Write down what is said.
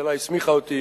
הממשלה הסמיכה אותי